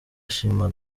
shimwa